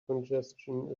congestion